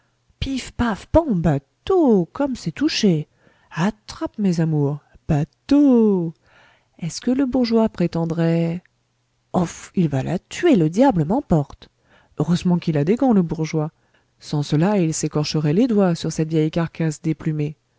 comme c'est touché attrape mes amours bateau est-ce que le bourgeois prétendrait ouf il va la tuer le diable m'emporte heureusement qu'il a des gants le bourgeois sans cela il s'écorcherait les doigts sur cette vieille carcasse déplumée